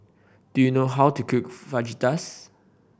do you know how to cook Fajitas